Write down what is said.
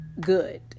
good